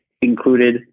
included